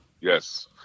yes